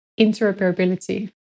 interoperability